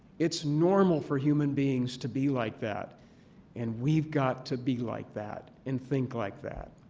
it's normal for human beings to be like that and we've got to be like that and think like that.